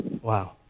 Wow